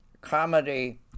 comedy